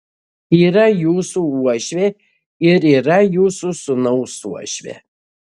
yra jūsų uošvė ir yra jūsų sūnaus uošvė